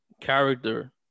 character